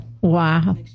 wow